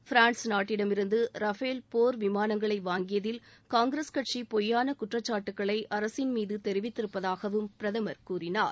France நாட்டிடமிருந்து Rafale போர் விமானங்களை வாங்கியதில் காங்கிரஸ் கட்சி பொய்யான குற்றச்சாட்டுகளை அரசின்மீது தெரிவித்திருப்பதாகவும் பிரதமர் கூறினார்